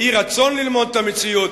איזה אי-רצון ללמוד את המציאות.